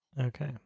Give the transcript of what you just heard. Okay